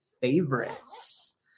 favorites